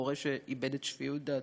או הורה שאיבד את שפיות דעתו.